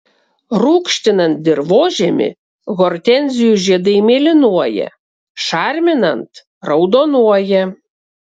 rūgštinant dirvožemį hortenzijų žiedai mėlynuoja šarminant raudonuoja